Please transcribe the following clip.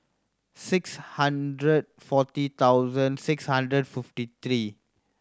six hundred forty thousand six hundred fifty three